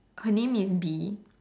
her name is D